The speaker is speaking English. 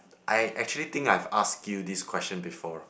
I actually think I've asked you this question before